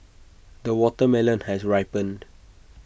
the watermelon has ripened